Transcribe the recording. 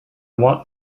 want